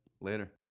later